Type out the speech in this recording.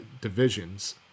divisions